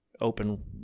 open